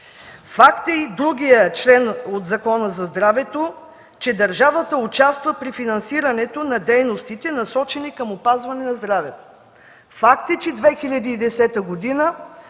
Факт е и другият член от Закона за здравето, че държавата участва при финансирането на дейностите, насочени към опазване на здравето. Факт е, че през 2010 г.